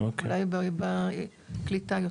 אולי בקליטה יותר.